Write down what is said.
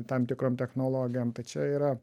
tam tikrom technologijom tai čia yra